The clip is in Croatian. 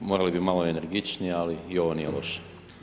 Morali bi malo energičnije, ali i ovo nije loše.